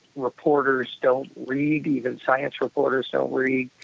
reporters don't read, even science reporters don't read,